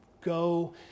go